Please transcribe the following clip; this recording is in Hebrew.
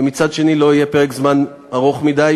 ומצד שני לא יהיה פרק זמן ארוך מדי,